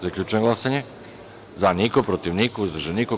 Zaključujem glasanje: za – niko, protiv – niko, uzdržan – niko.